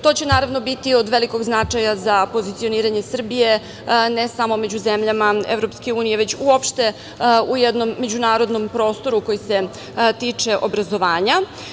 To će naravno biti od velikog značaja za pozicioniranje Srbije, ne samo među zemljama EU, već uopšte u jednom međunarodnom prostoru koji se tiče obrazovanja.